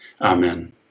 amen